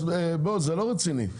זה לא רציני.